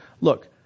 look